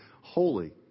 holy